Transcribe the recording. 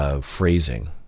phrasing